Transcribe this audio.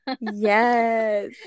Yes